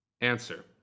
Answer